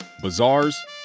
bazaars